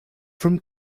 from